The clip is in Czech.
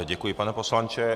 Děkuji, pane poslanče.